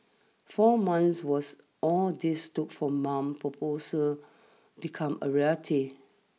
four months was all this took for Ma's proposal become a reality